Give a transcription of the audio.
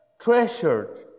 treasured